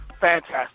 fantastic